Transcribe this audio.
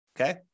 okay